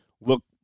look